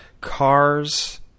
Cars